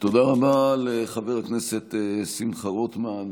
תודה רבה לחבר הכנסת שמחה רוטמן.